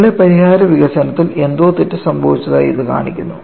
ഞങ്ങളുടെ പരിഹാര വികസനത്തിൽ എന്തോ തെറ്റ് സംഭവിച്ചതായി ഇത് കാണിക്കുന്നു